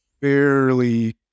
fairly